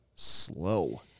Slow